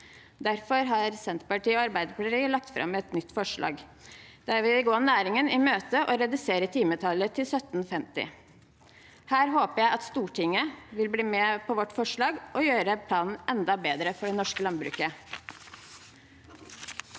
Derfor har Senterpartiet og Arbeiderpartiet lagt fram et nytt forslag der vi vil komme næringen i møte og redusere timetallet til 1 750. Her håper jeg at Stortinget vil bli med på vårt forslag og gjøre planen enda bedre for det norske landbruket.